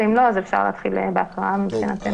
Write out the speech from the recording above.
ואם לא, אפשר להתחיל בהקראה מבחינתנו.